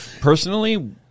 personally